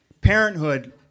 Parenthood